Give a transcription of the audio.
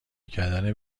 کردن